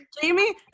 Jamie